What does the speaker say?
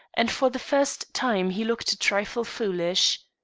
and for the first time he looked a trifle foolish.